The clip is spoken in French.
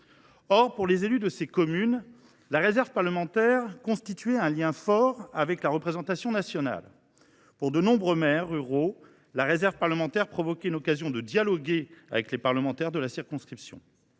Or, pour les élus de ces communes, la réserve parlementaire constituait un lien fort avec la représentation nationale. Pour de nombreux maires ruraux, elle permettait un dialogue avec les parlementaires de la circonscription.